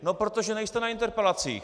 No protože nejste na interpelacích.